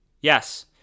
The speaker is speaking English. Yes